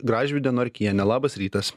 gražvyde norkiene labas rytas